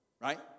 right